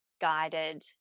guided